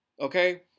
Okay